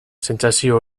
sentsazio